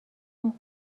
اون